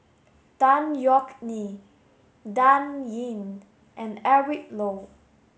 Tan Yeok Nee Dan Ying and Eric Low